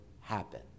happen